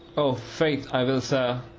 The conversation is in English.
oh, faith i will, sir,